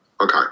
Okay